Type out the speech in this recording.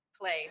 play